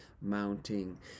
mounting